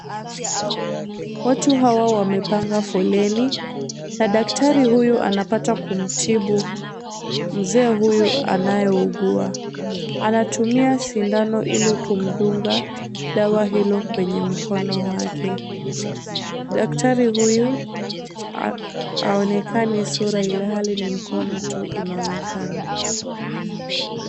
Watu hawa wamepanga foleni na daktari huyu anapata kumtibu mzee huyu anayeugua. Anatumiwa sindano ili kumdunga dawa hilo kwenye mkono wake. Daktari huyu haonekani sura ilhali ni mkono tu inaonekana.